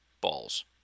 balls